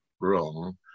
wrong